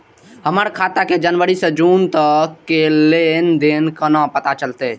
हमर खाता के जनवरी से जून तक के लेन देन केना पता चलते?